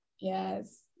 yes